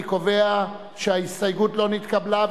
אני קובע שההסתייגות לא נתקבלה.